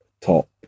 top